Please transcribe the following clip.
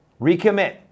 recommit